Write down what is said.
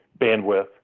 bandwidth